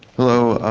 hello,